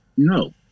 No